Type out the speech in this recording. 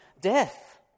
death